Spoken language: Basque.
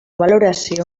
balorazio